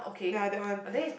ya that one